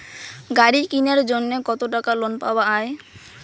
গাড়ি কিনার জন্যে কতো টাকা লোন পাওয়া য়ায়?